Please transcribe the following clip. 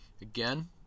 Again